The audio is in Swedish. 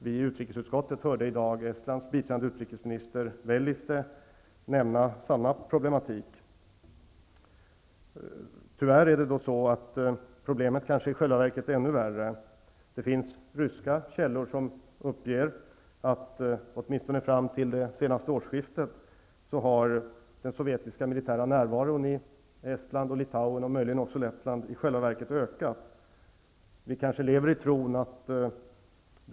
Vi i utrikesutskottet hörde i dag Estlands biträdande utrikesminister Velliste nämna samma problematik. Tyvärr är problemet kanske i själva verket ännu värre. Det finns ryska källor som uppger att åtminstone fram till det senaste årsskiftet har den sovjetiska militära närvaron i Estland och Litauen och möjligen också Lettland i själva verket ökat.